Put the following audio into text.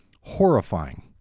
horrifying